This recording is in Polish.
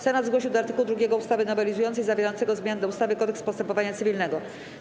Senat zgłosił do art. 2 ustawy nowelizującej zawierającego zmiany do ustawy - Kodeks postępowania cywilnego.